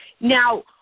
Now